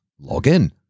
login